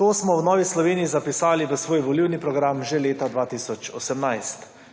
To smo v Novi Sloveniji zapisali v svoj volilni progam že 2018.